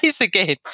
again